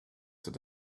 that